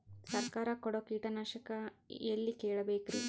ಸರಕಾರ ಕೊಡೋ ಕೀಟನಾಶಕ ಎಳ್ಳಿ ಕೇಳ ಬೇಕರಿ?